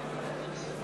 מי בעד ההסתייגות?